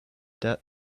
debt